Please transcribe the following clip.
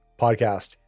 podcast